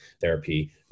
therapy